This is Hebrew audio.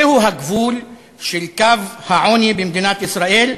זהו הגבול של קו העוני במדינת ישראל.